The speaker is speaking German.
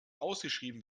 ausgeschrieben